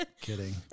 Kidding